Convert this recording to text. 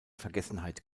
vergessenheit